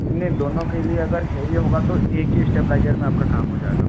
नहीं दोनों के लिए अगर हैवी होगा तो एक ही स्टेपलाइजर में आपका काम हो जाएगा